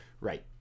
Right